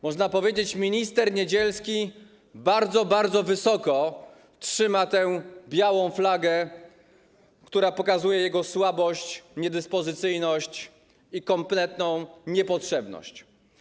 Można powiedzieć, że minister Niedzielski bardzo, bardzo wysoko trzyma tę białą flagę, która pokazuje jego słabość, niedyspozycyjność i kompletną niepotrzebność.